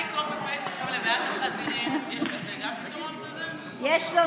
תיקון חקיקה שמעביר גם אותם אל תוך החוק האם הדבר